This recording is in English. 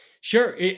Sure